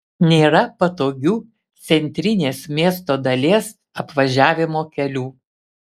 nėra patogių centrinės miesto dalies apvažiavimo kelių